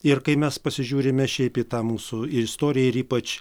ir kai mes pasižiūrime šiaip į tą mūsų istoriją ir į ypač